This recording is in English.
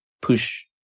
push